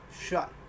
shut